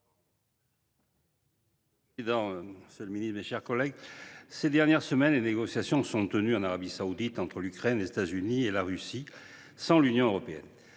Monsieur le président, monsieur le ministre, mes chers collègues, ces dernières semaines, des négociations se sont tenues en Arabie saoudite entre l’Ukraine, les États Unis et la Russie, sans l’Union européenne.